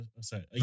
sorry